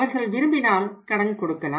அவர்கள் விரும்பினால் கடன் கொடுக்கலாம்